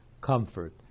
comfort